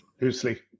loosely